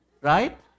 Right